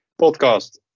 podcast